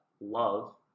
love